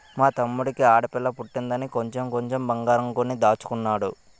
మా తమ్ముడికి ఆడపిల్ల పుట్టిందని కొంచెం కొంచెం బంగారం కొని దాచుతున్నాడు